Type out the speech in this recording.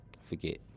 forget